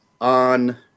on